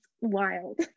wild